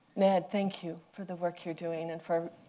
ned, thank you for the work you're doing, and for